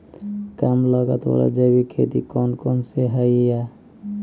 कम लागत वाला जैविक खेती कौन कौन से हईय्य?